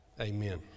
amen